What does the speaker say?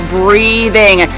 breathing